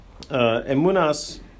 Emunas